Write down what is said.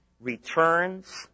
returns